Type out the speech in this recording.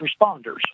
responders